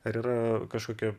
ar yra kažkokie